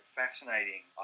fascinating